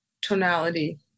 tonality